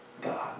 God